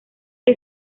que